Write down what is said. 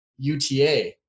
UTA